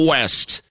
West